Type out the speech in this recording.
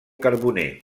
carboner